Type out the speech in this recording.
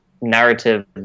narrative